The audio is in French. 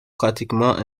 pratiquement